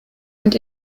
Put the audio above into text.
und